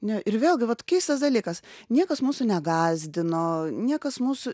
ne ir vėlgi vat keistas dalykas niekas mūsų negąsdino niekas mūsų